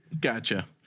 Gotcha